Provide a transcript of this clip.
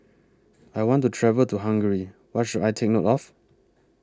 I want to travel to Hungary What should I Take note of